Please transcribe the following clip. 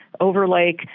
Overlake